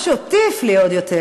מה שאותי הפליא עוד יותר